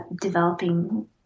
developing